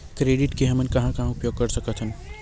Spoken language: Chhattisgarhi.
क्रेडिट के हमन कहां कहा उपयोग कर सकत हन?